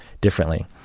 differently